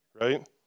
right